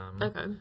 Okay